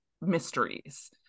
Mysteries